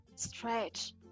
stretch